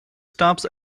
stops